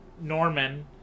norman